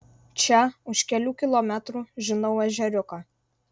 čia už kelių kilometrų žinau ežeriuką